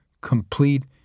complete